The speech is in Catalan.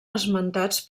esmentats